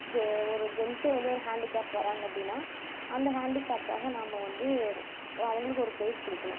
ஜெ ஒரு ஜென்ஸ் வந்து ஒரு ஹேண்டிகேப் வர்றாங்க அப்படினா அந்த ஹேண்டிகேப்புக்காக நம்ம வந்து அவங்களுக்கு ஒரு பிளேஸ் கொடுக்கணும்